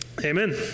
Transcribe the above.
Amen